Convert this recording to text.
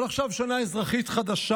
אבל עכשיו שנה אזרחית חדשה.